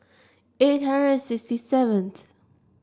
eight hundred and sixty seventh